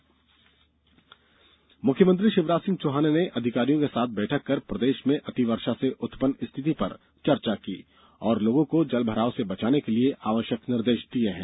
CM बाढ़ निर्देष मुख्यमंत्री षिवराज सिंह चौहान ने अधिकारियों के साथ बैठक कर प्रदेष में अतिवर्षा से उत्पन्न स्थिति पर चर्चा की और लोगों को जलभराव से बचाने के लिए आवष्यक निर्देष दिये हैं